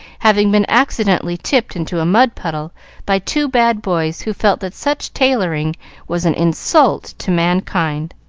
having been accidentally tipped into a mud-puddle by two bad boys who felt that such tailoring was an insult to mankind.